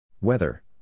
Weather